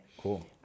cool